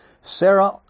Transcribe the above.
Sarah